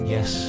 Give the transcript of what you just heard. Yes